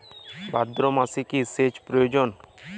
ভাদ্রমাসে কি সেচ প্রয়োজন?